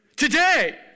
Today